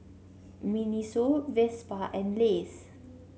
Miniso Vespa and Lays